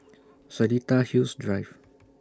Seletar Hills Drive